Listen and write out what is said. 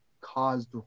caused